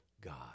God